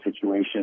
situation